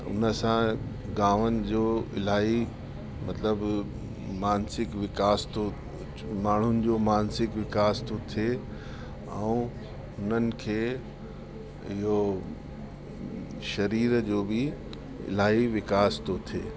उन सां गांवनि जो इलाही मतिलबु मानसिक विकास थो माण्हुनि जो मानसिक विकास थो थिए ऐं उन्हनि खे इहो शरीर जो बि इलाही विकास थो थिए